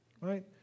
right